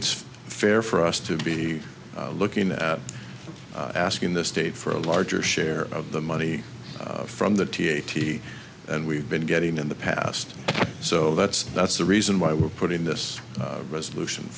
it's fair for us to be looking at asking the state for a larger share of the money from the t eighty and we've been getting in the past so that's that's the reason why we're putting this resolution